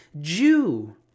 Jew